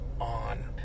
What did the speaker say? on